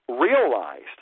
realized